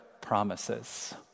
promises